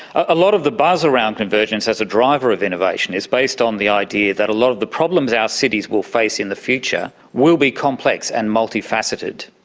ah a lot of the buzz around convergence as a driver of innovation is based on the idea that a lot of the problems our cities will face in the future will be complex and multifaceted,